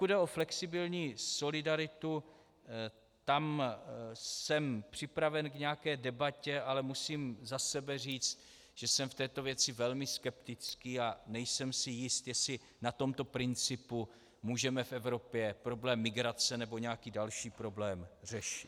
Pokud jde o flexibilní solidaritu, tam jsem připraven k nějaké debatě, ale musím za sebe říct, že jsem v této věci velmi skeptický a nejsem si jist, jestli na tomto principu můžeme v Evropě problém migrace nebo nějaký další problém řešit.